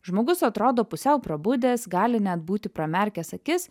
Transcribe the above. žmogus atrodo pusiau prabudęs gali net būti pramerkęs akis